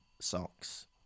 socks